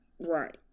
right